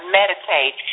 meditate